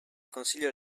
consiglio